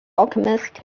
alchemist